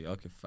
Okay